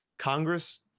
Congress